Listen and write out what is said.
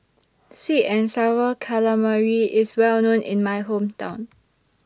Sweet and Sour Calamari IS Well known in My Hometown